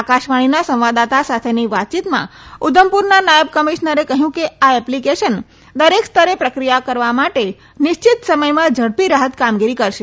આકાશવાણીના સંવાદદાતા સાથેની વાતચીતમાં ઉધમપુરના નાયબ કમિશ્નરે કહ્યું કે આ એપ્લીકેશન દરેક સ્તરે પ્રક્રિયા કરવા માટે નિશ્ચિત સમયમાં ઝડપી રાહત કામગીરી કરશે